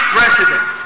President